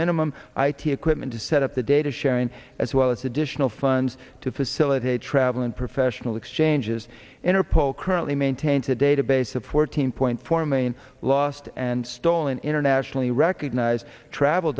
minimum i t equipment to set up the data sharing as well as additional funds to facilitate travel and professional exchanges interpol currently maintains a database of fourteen point four million lost and stolen internationally recognized travel